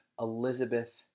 Elizabeth